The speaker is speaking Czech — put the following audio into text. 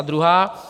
Druhá.